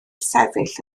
sefyll